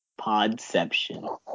Podception